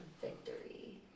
victory